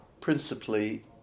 Principally